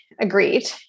agreed